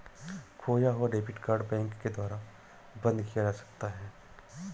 खोया हुआ debit card bank के द्वारा बंद किया जा सकता है